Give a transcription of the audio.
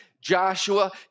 Joshua